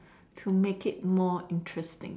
to make it more interesting